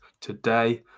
today